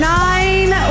nine